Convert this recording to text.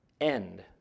end